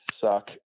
suck